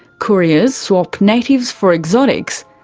couriers swap natives for exotics,